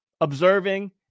observing